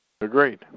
Agreed